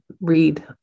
read